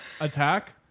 Attack